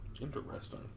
Interesting